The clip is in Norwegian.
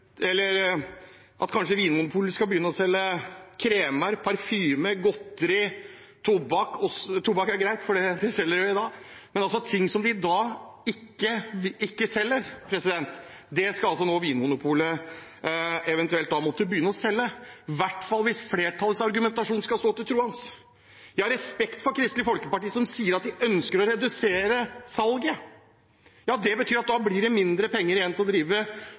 eller at kanskje Vinmonopolet skal begynne å selge kremer, parfyme, godteri, tobakk – tobakk er greit, for det selges i dag. Ting som de i dag ikke selger, skal altså nå Vinmonopolet eventuelt måtte begynne å selge, i hvert fall hvis flertallets argumentasjon skal stå til troende. Jeg har respekt for Kristelig Folkeparti, som sier at de ønsker å redusere salget. Det betyr at da blir det mindre penger igjen til å